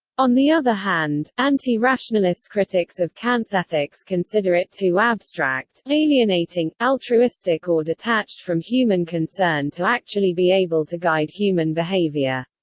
on the other hand, anti-rationalist critics of kant's ethics consider it too abstract, alienating, alienating, altruistic or detached from human concern to actually be able to guide human behavior.